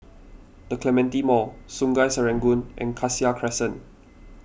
the Clementi Mall Sungei Serangoon and Cassia Crescent